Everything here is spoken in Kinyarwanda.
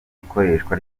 ikoreshwa